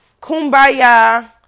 Kumbaya